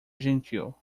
gentil